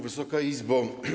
Wysoka Izbo!